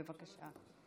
בבקשה.